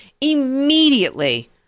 immediately